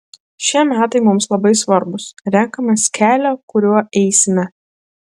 šie metai mums labai svarbūs renkamės kelią kuriuo eisime